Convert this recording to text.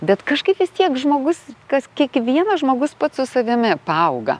bet kažkaip vis tiek žmogus kas kiekvienas žmogus pats su savimi paauga